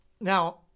Now